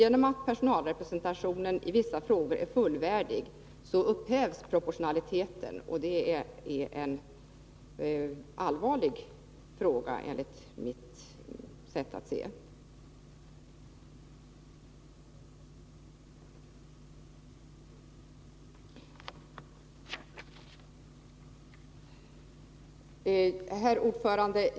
Genom att personalrepresentationen i vissa frågor är fullvärdig upphävs nämligen proportionaliteten, och det är allvarligt, enligt mitt sätt att se. Herr talman!